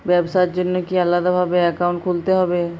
ব্যাবসার জন্য কি আলাদা ভাবে অ্যাকাউন্ট খুলতে হবে?